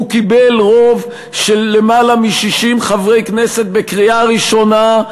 הוא קיבל רוב של למעלה מ-60 חברי כנסת בקריאה ראשונה.